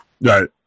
Right